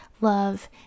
love